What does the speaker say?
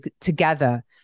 together